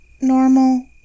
normal